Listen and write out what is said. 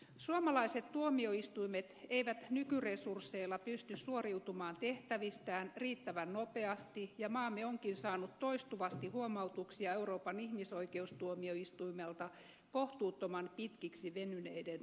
suomalaiset tuomioistuimet eivät nykyresursseilla pysty suoriutumaan tehtävistään riittävän nopeasti ja maamme onkin saanut toistuvasti huomautuksia euroopan ihmisoikeustuomioistuimelta kohtuuttoman pitkiksi venyneiden oikeuskäsittelyjen vuoksi